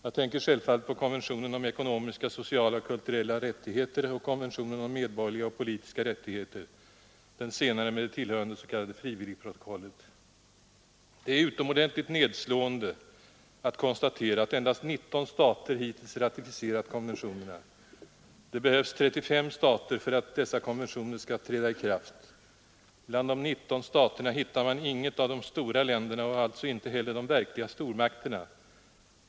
Jag tänker självfallet på konventionen om ekonomiska, sociala och kulturella rättigheter och konventionen om medborgerliga och politiska rättigheter, den senare med det tillhörande s.k. frivilligprotokollet. Det är utomordentligt nedslående att konstatera att endast 19 stater hittills ratificerat konventionerna. Det behövs ratifikation av 35 stater för att dessa konventioner skall träda i kraft. Bland de 19 staterna hittar man inget av de stora länderna, alltså inte heller de verkliga stormakterna.